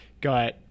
got